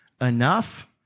enough